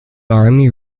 army